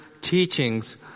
teachings